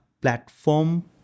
platform